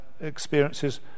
experiences